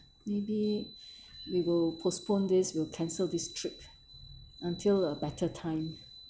maybe we will postpone this we'll cancel this trip until a better time